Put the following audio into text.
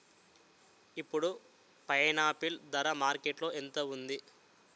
ఇప్పుడు పైనాపిల్ ధర మార్కెట్లో ఎంత ఉంది?